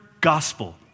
gospel